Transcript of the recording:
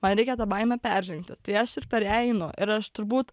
man reikia tą baimę peržengti tai aš ir per ją einu ir aš turbūt